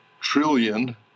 trillion